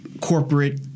corporate